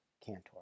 Cantor